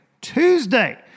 Tuesday